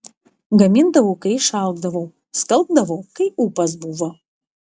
gamindavau kai išalkdavau skalbdavau kai ūpas buvo